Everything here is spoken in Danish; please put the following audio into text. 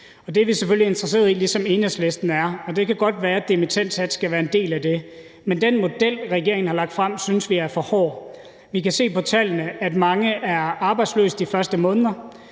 det er vi selvfølgelig interesseret i, lige som Enhedslisten er. Og det kan godt være, at dimittendsatsen skal være en del af det. Men den model, regeringen har lagt frem, synes vi er for hård. Vi kan se på tallene, at mange er arbejdsløse de første måneder.